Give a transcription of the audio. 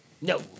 No